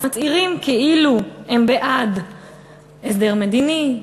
מצהירים כאילו הם בעד הסדר מדיני,